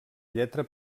lletra